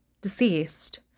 deceased